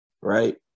right